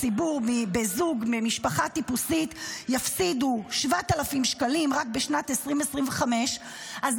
זוג ממשפחה טיפוסית יפסידו 7,000 שקלים רק בשנת 2025. אז